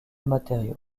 matériaux